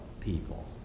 people